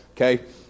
Okay